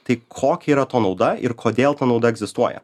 tai kokia yra to nauda ir kodėl ta nauda egzistuoja